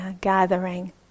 gathering